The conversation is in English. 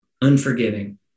Unforgiving